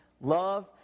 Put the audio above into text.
Love